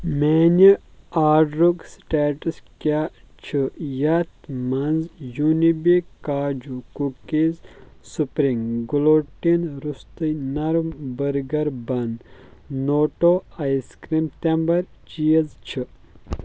میانہِ آرڈرُک سٹیٹس کیٛاہ چھ یتھ مَنٛز یوٗنِبِک کاجوٗ کُکیٖز سپرٛنٛگ گلوٗٹٕن روٚستُے نرم بٔرگر بن نوٹو آیس کرٛیٖم تمبٕر چیٖز چھِ